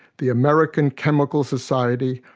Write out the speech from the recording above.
the american chemical society,